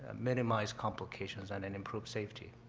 minimize complications and then improve safety.